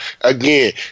again